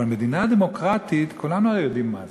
אבל מדינה דמוקרטית, כולנו הרי יודעים מה זה,